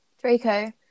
Draco